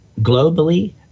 globally